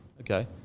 Okay